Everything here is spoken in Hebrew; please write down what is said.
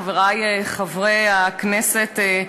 חברי חברי הכנסת,